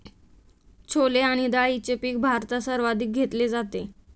छोले आणि डाळीचे पीक भारतात सर्वाधिक घेतले जाते